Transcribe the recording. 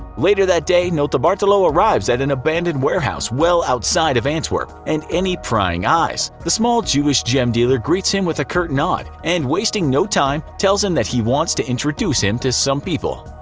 later that day notarbartolo arrives at an abandoned warehouse well outside of antwerp and any prying eyes. the small jewish gem dealer greets him with a curt nod, and wasting no time tells him that he wants to introduce him to some people.